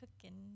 cooking